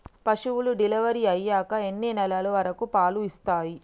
పశువులు డెలివరీ అయ్యాక ఎన్ని నెలల వరకు పాలు ఇస్తాయి?